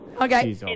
Okay